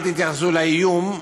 אל תתייחסו לאיום,